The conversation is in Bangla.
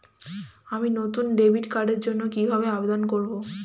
আমি নতুন ডেবিট কার্ডের জন্য কিভাবে আবেদন করব?